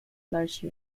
large